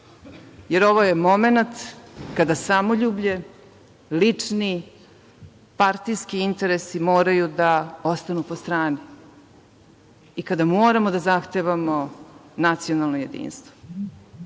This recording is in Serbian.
jer ovo je momenat kada samoljublje, lični, partijski interesi moraju da ostanu po strani i kada moramo da zahtevamo nacionalno